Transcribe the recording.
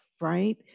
right